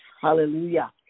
Hallelujah